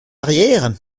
arrière